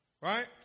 Right